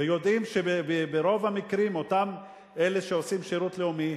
ויודעים שברוב המקרים אותם אלה שעושים שירות לאומי,